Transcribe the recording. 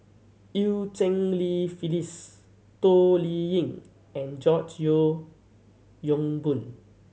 Eu Cheng Li Phyllis Toh Liying and George Yeo Yong Boon